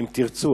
אם תרצו.